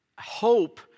hope